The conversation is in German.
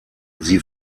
sie